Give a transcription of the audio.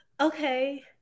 okay